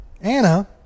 Anna